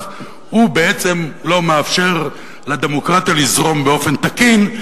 בעצם לא מאפשר לדמוקרטיה לזרום באופן תקין,